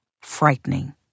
frightening